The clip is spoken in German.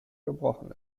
gebrochen